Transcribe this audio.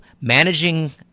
managing